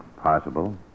Possible